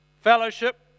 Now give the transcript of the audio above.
fellowship